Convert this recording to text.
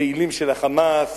פעילים של ה"חמאס",